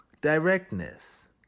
Directness